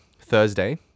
Thursday